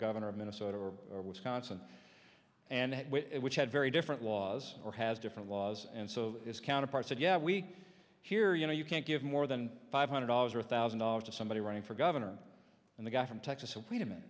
governor of minnesota or wisconsin and which had very different laws or has different laws and so his counterpart said yeah we here you know you can't give more than five hundred dollars or a thousand dollars to somebody running for governor and the guy from texas